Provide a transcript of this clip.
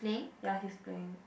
ya he's playing